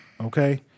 Okay